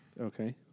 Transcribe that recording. Okay